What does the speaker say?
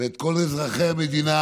ואת כל אזרחי המדינה